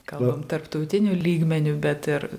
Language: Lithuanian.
kalbam tarptautiniu lygmeniu bet ir